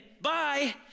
Bye